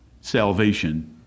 salvation